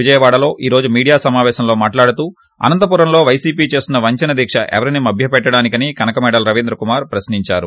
విజయవాడలో ఈ రోజు మీడియా సమావశంలో మాట్లాడుతూ అనంతపురంలో వైసీపీ చేస్తున్న వంచన దీక్ష ఎవరిని మభ్య పెట్టడానికని కనకమేడల రవీంద్రకుమార్ ప్రశ్నించారు